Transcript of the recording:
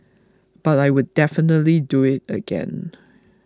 but I would definitely do it again